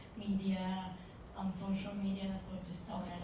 media on social media, so just